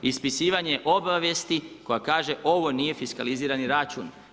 Ispisivanje obavijesti koja kaže „Ovo nije fiskalizirani račun“